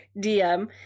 DM